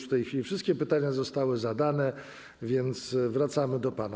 W tej chwili już wszystkie pytania zostały zadane, więc wracamy do pana.